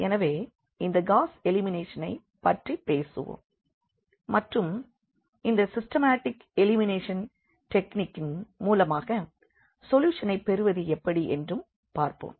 எனவே இந்த காஸ் எலிமினேஷனை பற்றி பேசுவோம் மற்றும் இந்த சிஸ்டெமெடிக் எலிமினேஷன் டெக்னிக்கின் மூலமாக சொல்யூஷனை பெறுவது எப்படி என்றும் பார்ப்போம்